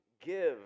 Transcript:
give